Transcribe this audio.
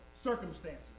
circumstances